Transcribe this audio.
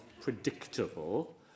predictable